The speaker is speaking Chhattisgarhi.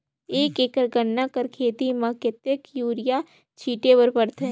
एक एकड़ गन्ना कर खेती म कतेक युरिया छिंटे बर पड़थे?